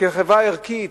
כחברה ערכית,